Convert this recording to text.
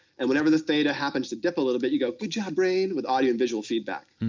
and whenever the theta happens to dip a little bit, you go, good job, brain, with audio and visual feedback.